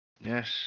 Yes